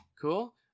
Cool